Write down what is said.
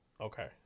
Okay